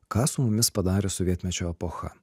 ką su mumis padarė sovietmečio epocha